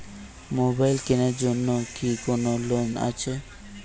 Mobile কেনার জন্য কি কোন লোন আছে?